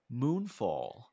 Moonfall